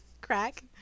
crack